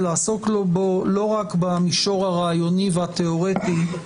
ולעסוק בו לא רק במישור הרעיוני והתיאורטי,